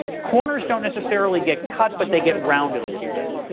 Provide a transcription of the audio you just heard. corners don't necessarily get cut but they get rounded a little bit.